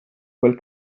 quel